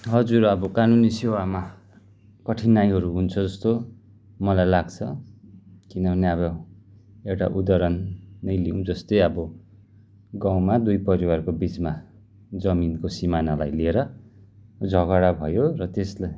हजुर अब कानुनी सेवामा कठिनाइहरू हुन्छ जस्तो मलाई लाग्छ किनभले अब एउटा उदाहरण नै लिऊँ जस्तै अब गाउँमा दुई परिवारको बिचमा जमिनको सिमानालाई लिएर झगडा भयो र त्यसले